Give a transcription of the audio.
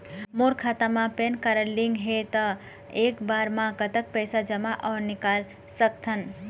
मोर खाता मा PAN card link हे ता एक बार मा कतक पैसा जमा अऊ निकाल सकथन?